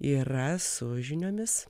yra su žiniomis